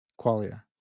qualia